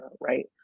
right